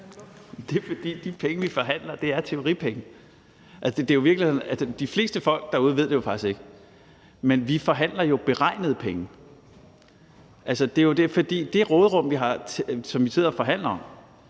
Det er, fordi de penge, vi forhandler om, er teoretiske penge. De fleste folk derude ved det faktisk ikke, men vi forhandler jo om beregnede penge. Det råderum, som vi sidder og forhandler om,